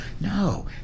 no